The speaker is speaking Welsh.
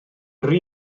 rhy